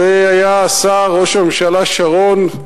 זה היה השר וראש הממשלה שרון.